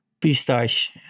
Pistache